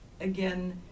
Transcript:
again